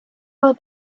all